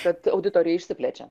tad auditoriai išsiplečia